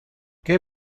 que